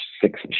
six